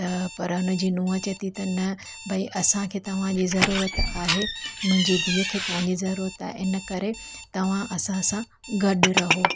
त पर हुनजी नूंहुं चए थी न भई असांखे तव्हां जी ज़रूरत आहे मुंहिंजी धीअ खे तव्हांजी ज़रूरत आहे इन करे तव्हां असां सां गॾु रहो